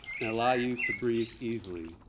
and allow you to breathe easily.